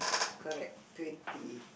correct twenty